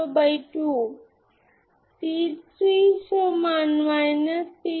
যেহেতু এই determinant nonzero